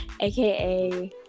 aka